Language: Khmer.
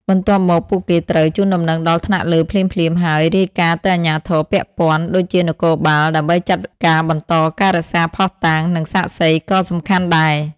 បន្ទាប់មក ពួកគេត្រូវ ជូនដំណឹងដល់ថ្នាក់លើ ភ្លាមៗ ហើយ រាយការណ៍ទៅអាជ្ញាធរពាក់ព័ន្ធ ដូចជានគរបាល ដើម្បីចាត់ការបន្តការរក្សាភស្តុតាង និងសាក្សីក៏សំខាន់ដែរ។